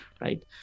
Right